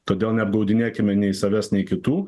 todėl neapgaudinėkime nei savęs nei kitų